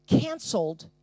canceled